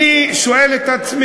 כשאף אחד לא שומע, אף אחד לא מקשיב?